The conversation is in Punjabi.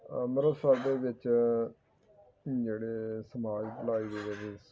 ਅੰਮ੍ਰਿਤਸਰ ਦੇ ਵਿੱਚ ਜਿਹੜੇ ਸਮਾਜ ਭਲਾਈ ਦੇ